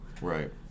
Right